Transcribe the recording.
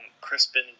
Crispin